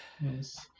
Yes